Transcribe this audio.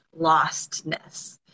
lostness